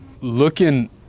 Looking